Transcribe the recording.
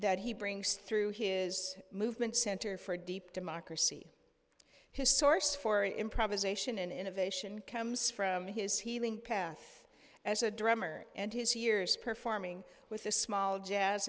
that he brings through his movement center for deep democracy his source for improvisation and innovation comes from his healing path as a drummer and his years performing with a small jazz